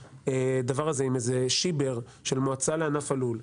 הדבר הזה עם איזה שיבר של המועצה לענף הלול,